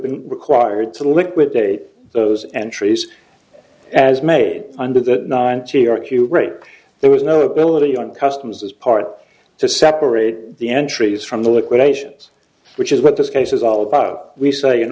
been required to liquidate those entries as made under that ninety or q there was no ability on customs as part to separate the entries from the liquidations which is what this case is all about we say an